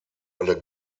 alle